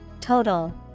Total